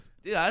Dude